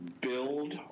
build